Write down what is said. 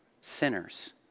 sinners